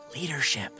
leadership